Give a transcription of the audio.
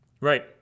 Right